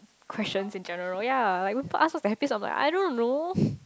questions in general ya like people ask what's the happiest like I don't know